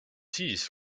siis